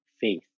faith